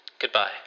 Goodbye